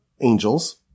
angels